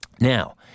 Now